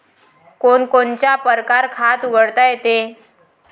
कोनच्या कोनच्या परकारं खात उघडता येते?